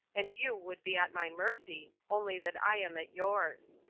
and you would be at my mercy, only that i am at yours.